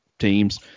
teams